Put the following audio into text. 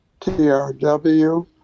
TRW